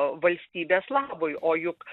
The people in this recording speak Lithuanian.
valstybės labui o juk